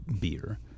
beer